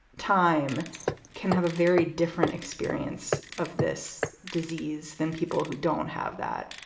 time can have a very different experience of this disease than people who don't have that.